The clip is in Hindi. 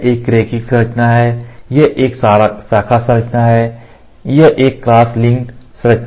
तो यह एक रैखिक संरचना है यह एक शाखा संरचना है यह एक क्रॉस लिंक्ड संरचना है